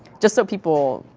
just so people,